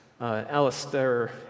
Alistair